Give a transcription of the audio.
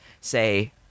say